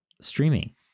streaming